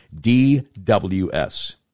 DWS